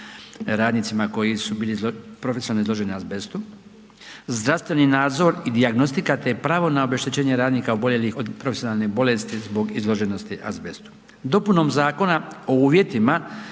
koji su bili profesionalno izloženi azbestu, zdravstveni nadzor i dijagnostika, te pravo na obeštećenje radnika oboljelih od profesionalne bolesti zbog izloženosti azbestu. Dopunom Zakona o uvjetima